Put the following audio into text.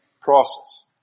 process